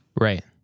Right